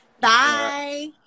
Bye